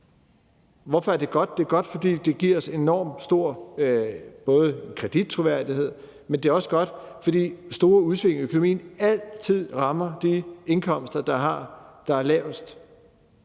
Hvorfor er det godt? Det er godt, både fordi det giver os en enormt stor kredittroværdighed, men det er også godt, fordi store udsving i økonomien altid rammer de indkomster, der er lavest.